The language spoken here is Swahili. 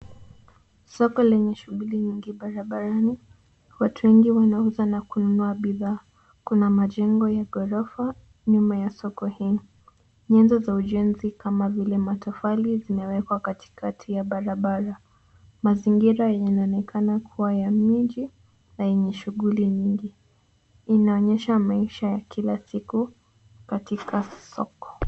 Soko lenye shughuli nyingi barabarani, watu wengi wana uza na kununua bidhaa. kuna majengo ya gorofa nyuma ya soko hii. Nyenzo za ujenzi kama vile matofali zimewekwa katikati ya barabara. Mazingira yanaonekana kuwa ya miji na yenye shughuli nyingi, inaonyesha maisha ya kila siku katika soko.